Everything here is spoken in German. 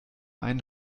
einen